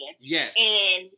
Yes